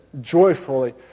joyfully